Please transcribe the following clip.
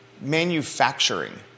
manufacturing